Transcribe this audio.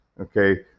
okay